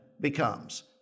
becomes